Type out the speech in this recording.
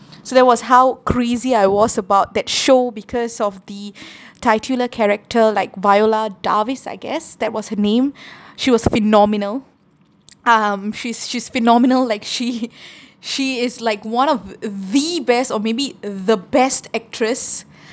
so that was how crazy I was about that show because of the titular character like viola davis I guess that was her name she was phenomenal um she's she's phenomenal like she she is like one of uh the best or maybe the best actress